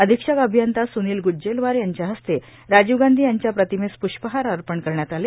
अधीक्षक अभियंता सुनील गुज्जेलवार यांच्याहस्ते राजीव गांधी यांच्या प्रतिमेस प्ष्पहार अर्पण करण्यात आले